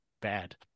bad